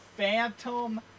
Phantom